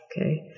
Okay